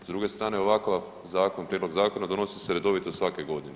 S druge strane ovakav Prijedlog zakona donosi se redovito svake godine.